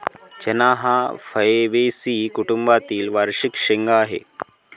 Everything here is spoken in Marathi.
चणा हा फैबेसी कुटुंबातील वार्षिक शेंगा आहे